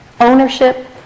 ownership